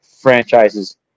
franchises